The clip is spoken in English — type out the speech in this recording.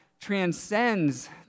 transcends